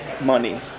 money